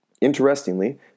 Interestingly